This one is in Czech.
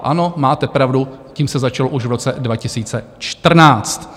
Ano, máte pravdu, s tím se začalo už v roce 2014.